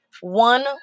one